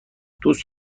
دوست